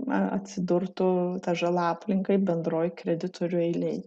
na atsidurtų ta žala aplinkai bendroj kreditorių eilėj